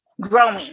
growing